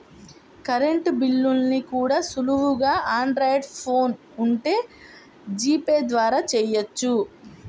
current బిల్లుల్ని కూడా సులువుగా ఆండ్రాయిడ్ ఫోన్ ఉంటే జీపే ద్వారా చెయ్యొచ్చు